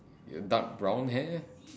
dark brown hair